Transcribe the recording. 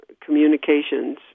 communications